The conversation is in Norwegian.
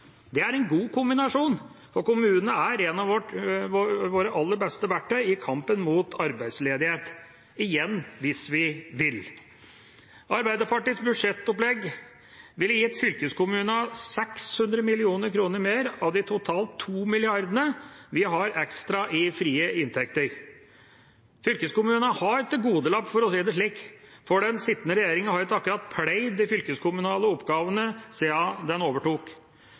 Det er en god kombinasjon, for kommunene er ett av våre aller beste verktøy i kampen mot arbeidsledighet – igjen, hvis vi vil. Arbeiderpartiets budsjettopplegg ville gitt fylkeskommunen 600 mill. kr mer av de totalt 2 mrd. kr vi har ekstra i frie inntekter. Fylkeskommunen har en tilgodelapp, for å si det slik, for den sittende regjeringa har ikke akkurat pleiet de fylkeskommunale oppgavene siden den overtok.